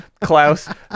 Klaus